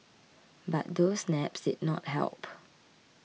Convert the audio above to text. but those naps did not help